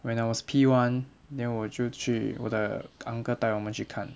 when I was P one then 我就去我的 uncle 带我们去看